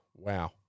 Wow